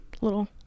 little